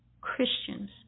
Christians